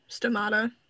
stomata